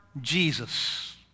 Jesus